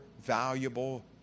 valuable